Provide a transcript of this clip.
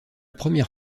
première